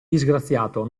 disgraziato